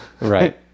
Right